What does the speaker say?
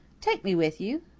take me with you,